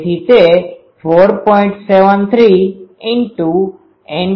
તેથી તે 4